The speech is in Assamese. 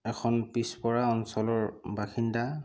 এখন পিছ পৰা অঞ্চলৰ বাসিন্দা